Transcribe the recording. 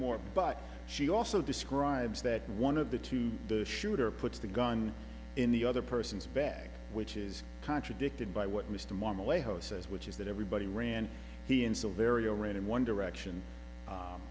more but she also describes that one of the two the shooter puts the gun in the other person's bag which is contradicted by what mr moore malayo says which is that everybody ran he in so very all right in one direction